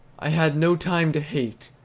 i had no time to hate,